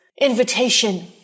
invitation